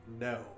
No